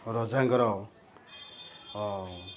ରଜାଙ୍କର ହ